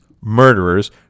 murderers